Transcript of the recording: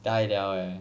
die liao eh